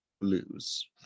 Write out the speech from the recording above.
lose